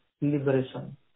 liberation